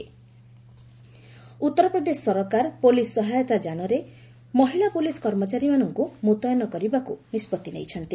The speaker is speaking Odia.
ୟୁପି ପୋଲିସ୍ ଉତ୍ତରପ୍ରଦେଶ ସରକାର ପୋଲିସ୍ ସହାୟତା ଯାନରେ ମହିଳା ପୋଲିସ୍ କର୍ମଚାରୀମାନଙ୍କୁ ମୁତୟନ କରିବାକୁ ନିଷ୍ପଭି ନେଇଛନ୍ତି